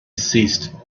ceased